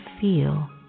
feel